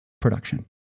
production